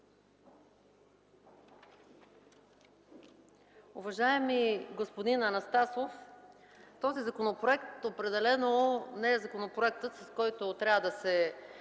Уважаеми господин Анастасов, този законопроект определено не е законопроектът, с който трябва да се